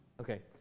Okay